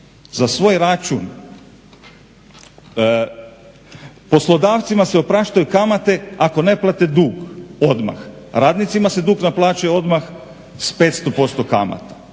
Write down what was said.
za svoj račun. Poslodavcima se opraštaju kamate ako ne plate duh odmah, radnicima se naplaćuje dug odmah s 500% kamata.